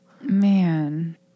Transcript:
Man